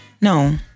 No